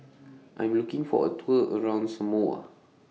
I Am looking For A Tour around Samoa